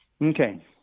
Okay